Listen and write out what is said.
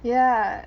ya